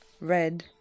red